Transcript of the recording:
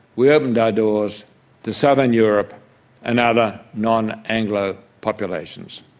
we opened our doors to southern europe and other non-anglo populations.